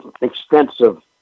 extensive